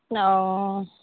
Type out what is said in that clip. অঁ